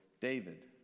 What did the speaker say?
David